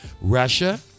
russia